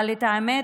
אבל את האמת,